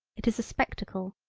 it is a spectacle,